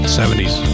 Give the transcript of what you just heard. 70s